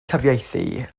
cyfieithu